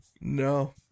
No